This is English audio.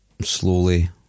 Slowly